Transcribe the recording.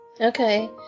Okay